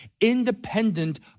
independent